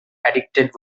addicted